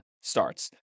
starts